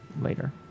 later